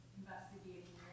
investigating